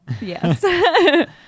yes